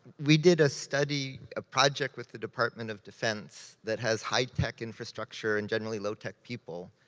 we did a study, a project with the department of defense, that has high-tech infrastructure, and generally low-tech people.